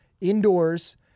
indoors